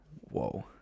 whoa